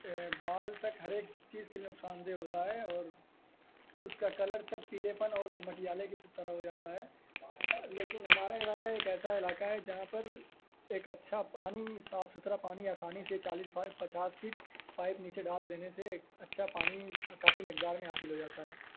بال تک ہر ایک چیز کے نقصان دہ ہوتا ہے اور اس کا کلر تک پیلے پن اور مٹیالے کی طرح ہو جاتا ہے لیکن ہمارا علاقہ ایک ایسا علاقہ ہے جہاں پر ایک اچھا پانی صاف ستھرا پانی آسانی سے چالیس پچاس فیٹ پائپ نیچے ڈال دینے سے ایک اچھا پانی کافی مقدار میں حاصل ہو جاتا ہے